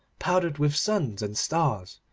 powdered with suns and stars,